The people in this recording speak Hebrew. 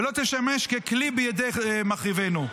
ולא תשמש ככלי בידי מחריבינו,